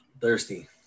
Thirsty